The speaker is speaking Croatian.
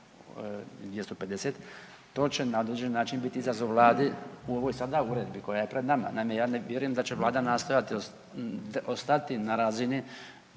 7.250. To će na određen način bit izazov vladi u ovoj sada uredbi koja je pred nama. Naime, ja ne vjerujem da će vlada nastojati ostati na razini